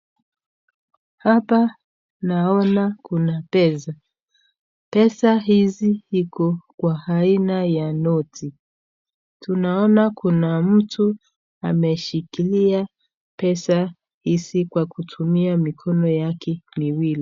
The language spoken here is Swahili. Hapa naona kuna pesa. Pesa hizi iko kwa aina ya noti. Tunaona kuna mtu ameshikilia pesa hizi kwa kutumia mikono yake miwili.